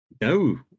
No